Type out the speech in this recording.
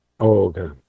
okay